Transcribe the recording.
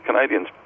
Canadians